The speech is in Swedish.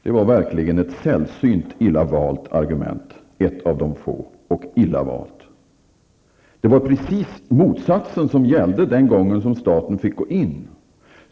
Det var verkligen ett sällsynt illa valt argument. Det var precis motsatsen som gällde den gången när staten fick gå in.